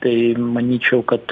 tai manyčiau kad